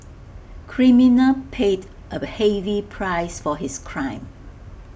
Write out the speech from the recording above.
criminal paid A heavy price for his crime